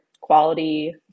quality